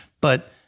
but-